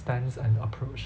stance and approach